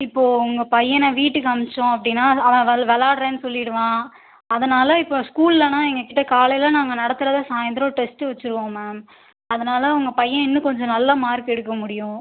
இப்போது உங்கள் பையனை வீட்டுக்கு அனுப்பிச்சோம் அப்படின்னா அவன் வெள் வெளாடுறேன் சொல்லிடுவான் அதனால் இப்போ ஸ்கூலில்னா எங்கள் கிட்ட காலையில் நாங்கள் நடத்தறதை சாய்ந்தரம் டெஸ்ட் வைச்சிருவோம் மேம் அதனால் உங்கள் பையன் இன்னும் கொஞ்சம் நல்ல மார்க் எடுக்க முடியும்